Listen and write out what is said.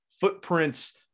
footprints